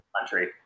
country